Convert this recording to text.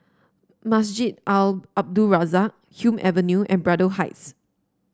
Masjid Al Abdul Razak Hume Avenue and Braddell Heights